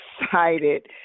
excited